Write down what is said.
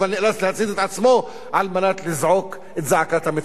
אבל נאלץ להצית את עצמו על מנת לזעוק את זעקת המצוקה.